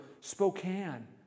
Spokane